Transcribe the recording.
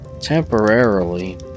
Temporarily